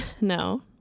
no